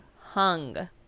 hung